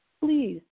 Please